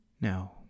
No